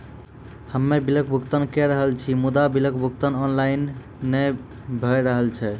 हम्मे बिलक भुगतान के रहल छी मुदा, बिलक भुगतान ऑनलाइन नै भऽ रहल छै?